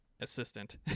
assistant